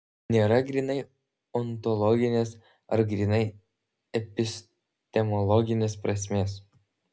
nėra grynai ontologinės ar grynai epistemologinės prasmės